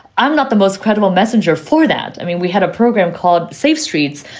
i'm not the most credible messenger for that. i mean, we had a program called safe streets,